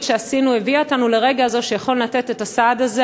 שעשינו הביאה אותנו לרגע הזה שיכולנו לתת את הסעד הזה,